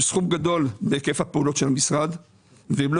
שהם סכום גדול בהיקף הפעולות של המשרד והם לא